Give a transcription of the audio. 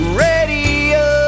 radio